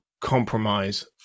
compromise